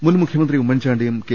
മുൻ മുഖ്യമന്ത്രി ഉമ്മൻചാണ്ടിയും കെ